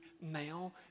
now